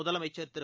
முதலமைச்சர் திரு